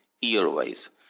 year-wise